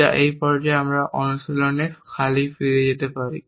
যা এই পর্যায়ে আমরা অনুশীলনে খালি ফিরে যেতে পারি